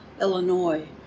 Illinois